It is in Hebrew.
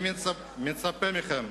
אני מצפה מכם,